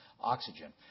oxygen